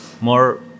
more